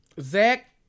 Zach